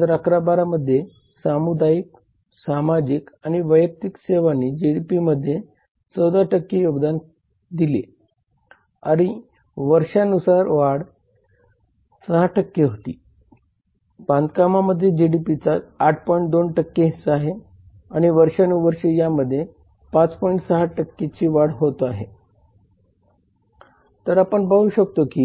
असोसिएशनद्वारे भेट देणे त्यामुळे लोक लॉबी बनवू शकतात आणि सरकारी कार्यालयांना थेट किंवा असोसिएशनद्वारे भेट देऊ शकतात आणि त्यावर प्रभाव पाडण्याचा प्रयत्न करू शकतात